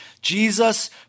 Jesus